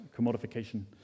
commodification